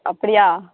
அப்படியா